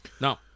no